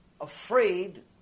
afraid